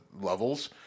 levels